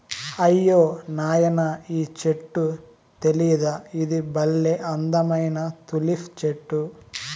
అయ్యో నాయనా ఈ చెట్టు తెలీదా ఇది బల్లే అందమైన తులిప్ చెట్టు